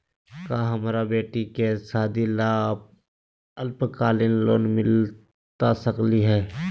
का हमरा बेटी के सादी ला अल्पकालिक लोन मिलता सकली हई?